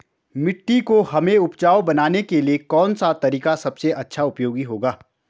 मिट्टी को हमें उपजाऊ बनाने के लिए कौन सा तरीका सबसे अच्छा उपयोगी होगा?